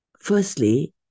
Firstly